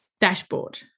dashboard